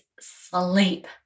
sleep